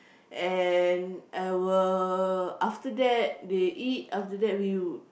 and I will after that they eat after that we